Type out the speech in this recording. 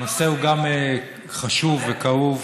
הנושא הוא גם חשוב וכאוב,